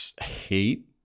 hate